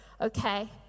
okay